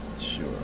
Sure